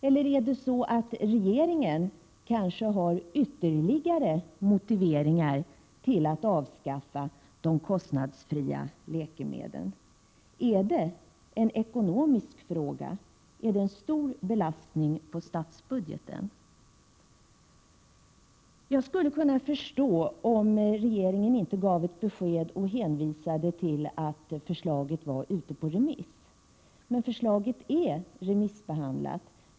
Eller är det så att regeringen har ytterligare motiveringar till att avskaffa de kostnadsfria läkemedlen? Är det en ekonomisk fråga? Innebär detta en stor belastning på statsbudgeten? Jag skulle kunna förstå om regeringen inte gav ett besked under hänvisning till att förslaget var ute på remiss. Men förslaget är redan remissbehandlat.